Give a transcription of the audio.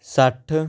ਸੱਠ